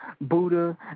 Buddha